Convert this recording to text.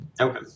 Okay